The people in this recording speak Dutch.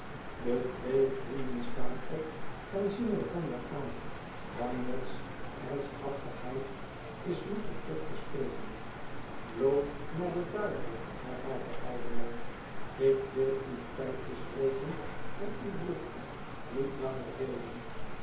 de twee vrienden staan op en zien elkander aan bagnet's ernsthaftigheid is nu ten top gestegen loop naar den duivel herhaalt de oude man ik wil uw pijpjesrooken en uw bluffen niet langer velen